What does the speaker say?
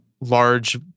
large